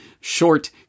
short